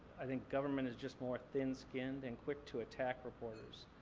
i think government is just more thin-skinned and quick to attack reporters.